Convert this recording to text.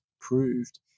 proved